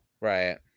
Right